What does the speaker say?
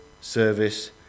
service